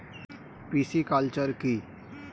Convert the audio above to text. Pisciculture কি?